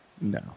No